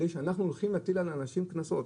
אנחנו הולכים להטיל על אנשים קנסות.